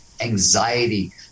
anxiety